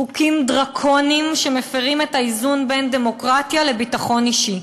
חוקים דרקוניים שמפִרים את האיזון בין דמוקרטיה לביטחון אישי.